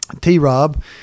T-Rob